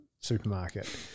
supermarket